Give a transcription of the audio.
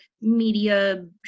media